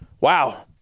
Wow